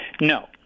No